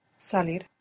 Salir